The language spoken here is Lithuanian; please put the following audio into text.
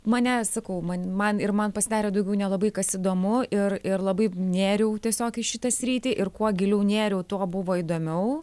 mane sakau man man ir man pasidarė daugiau nelabai kas įdomu ir ir labai nėriau tiesiog į šitą sritį ir kuo giliau nėriau tuo buvo įdomiau